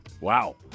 Wow